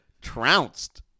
trounced